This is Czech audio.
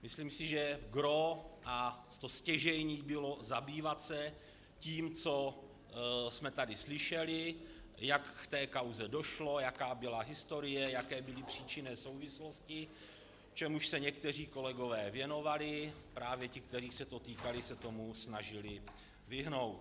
Myslím si, že gros a to stěžejní bylo zabývat se tím, co jsme tady slyšeli, jak k té kauze došlo, jaká byla historie, jaké byly příčinné souvislosti, čemuž se někteří kolegové věnovali, právě ti, kterých se to týkalo, se tomu snažili vyhnout.